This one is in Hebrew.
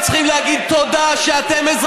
אתם צריכים להגיד תודה שאתם,